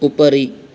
उपरि